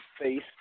FACE